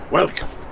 welcome